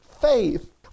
faith